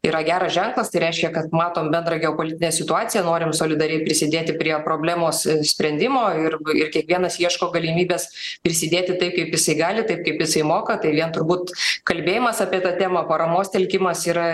yra geras ženklas tai reiškia kad matom bendrą geopolitinę situaciją norim solidariai prisidėti prie problemos sprendimo ir ir kiekvienas ieško galimybės prisidėti taip kaip jisai gali taip kaip jisai moka tai vien turbūt kalbėjimas apie tą temą paramos telkimas yra